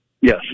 Yes